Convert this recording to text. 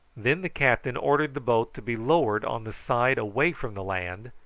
then the captain ordered the boat to be lowered on the side away from the land,